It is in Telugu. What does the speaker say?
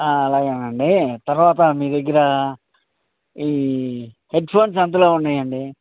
అలాగే అండి తరువాత మీ దగ్గర ఈ హెడ్ఫోన్స్ ఎంతలో ఉన్నాయి అండి